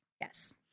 Yes